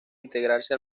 integrarse